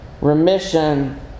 remission